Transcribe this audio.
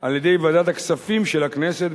על-ידי ועדת הכספים של הכנסת,